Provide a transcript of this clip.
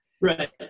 Right